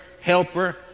helper